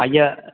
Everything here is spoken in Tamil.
ஐயா